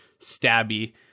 Stabby